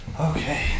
Okay